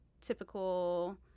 typical